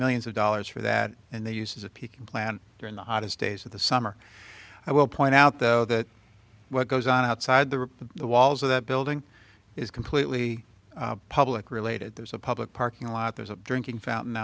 millions of dollars for that and the uses of pekin plant during the hottest days of the summer i will point out though that what goes on outside the walls of that building is completely public related there's a public parking lot there's a drinking fountain